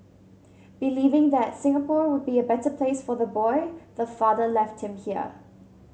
believing that Singapore would be a better place for the boy the father left him here